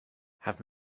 have